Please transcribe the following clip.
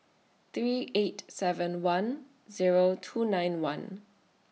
three eight seven one Zero two nine one